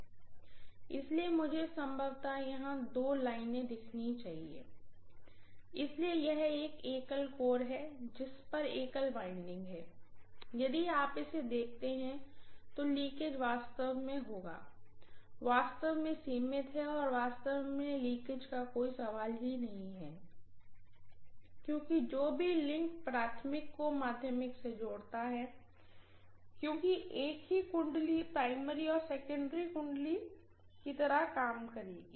इसलिए मुझे संभवतः यहां दो लाइनें दिखानी चाहिए इसलिए यह एक सिंगल कोर है जिस पर एक सिंगल वाइंडिंग है इसलिए यदि आप इसे देखते हैं तो लीकेज वास्तव में होगा वास्तव में सीमित है और वास्तव में लीकेज का कोई सवाल ही नहीं है क्योंकि जो भी लिंक प्राइमरी को सेकेंडरी से जोड़ता है क्यूंकि एक ही वाइंडिंग प्राइमरी और सेकेंडरी वाइंडिंग की तरह काम करेगी